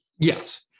yes